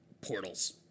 portals